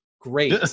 Great